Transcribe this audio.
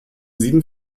sieben